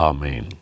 Amen